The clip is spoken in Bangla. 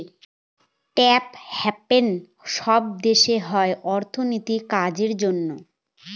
ট্যাক্স হ্যাভেন সব দেশে হয় অর্থনীতির কাজের জন্য